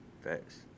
Facts